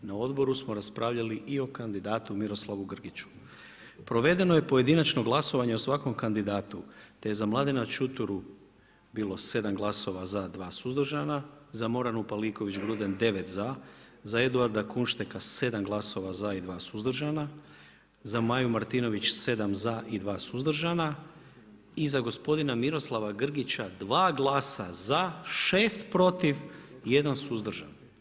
Na odboru smo raspravljali i o kandidatu Miroslavu Grgiću, provedeno je pojedinačno glasovanje o svakom kandidatu te je za Mlade Čuturu bil 7 glasova, 2 suzdržana, za Moranu Paliković Gruden 9 za, za Eduarda Kunšteka 7 glasova 7 i 2 suzdržana, za Maju Martinović 7 za i 2 suzdržana i za gospodina Miroslava Grgića 2 glasa za, 6 protiv i 1 suzdržan.